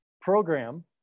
program